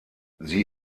sie